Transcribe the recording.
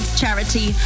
charity